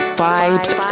vibes